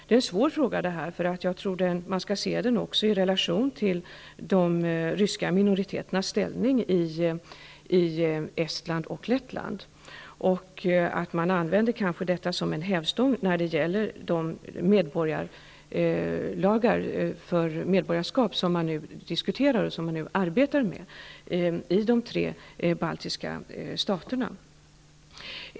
Det här är en svår fråga; jag tror att man skall se den också i relation till de ryska minoriteternas ställning i Estland och Lettland -- man använder kanske detta som en hävstång när det gäller de lagar för medborgarskap som man nu diskuterar och arbetar med i de tre baltiska staterna.